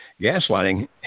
Gaslighting